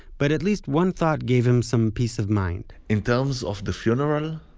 but at least one thought gave him some peace of mind in terms of the funeral,